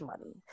money